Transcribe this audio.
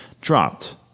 dropped